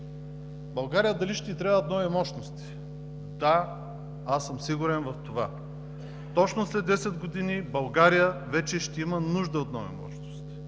България ще й трябват нови мощности? Да, аз съм сигурен в това. Точно след 10 години България вече ще има нужда от нови мощности.